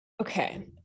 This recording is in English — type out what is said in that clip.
Okay